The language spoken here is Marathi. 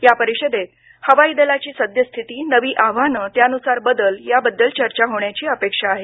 या परिषदेत हवाई दलाची सद्यस्थिती नवी आव्हानं त्या अनुसार बदल याबद्दल चर्चा होण्याची अपेक्षा आहे